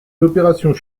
opérations